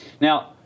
Now